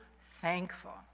thankful